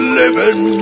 living